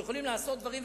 שיכולים לעשות דברים,